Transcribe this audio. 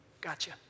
Gotcha